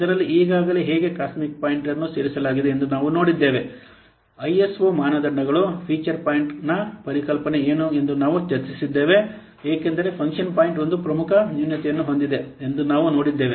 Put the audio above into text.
ಇದರಲ್ಲಿ ಈಗಾಗಲೇ ಹೇಗೆ ಕಾಸ್ಮಿಕ್ ಪಾಯಿಂಟ್ ಅನ್ನು ಸೇರಿಸಲಾಗಿದೆ ಎಂದು ನಾವು ನೋಡಿದ್ದೇವೆ ಐಎಸ್ಒ ಮಾನದಂಡಗಳು ಫೀಚರ್ ಪಾಯಿಂಟ್ನ ಪರಿಕಲ್ಪನೆ ಏನು ಎಂದು ನಾವು ಚರ್ಚಿಸಿದ್ದೇವೆ ಏಕೆಂದರೆ ಫಂಕ್ಷನ್ ಪಾಯಿಂಟ್ ಒಂದು ಪ್ರಮುಖ ನ್ಯೂನತೆಯನ್ನು ಹೊಂದಿದೆ ಎಂದು ನಾವು ನೋಡಿದ್ದೇವೆ